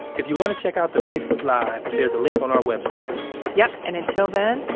if you want to check out the facebook live, there's a link on our website yep. and, until then,